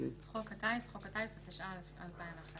--- "חוק הטיס" חוק הטיס, התשע"א 2011,